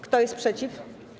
Kto jest przeciw?